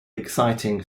exciting